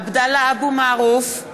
(קוראת בשמות חברי הכנסת) עבדאללה אבו מערוף,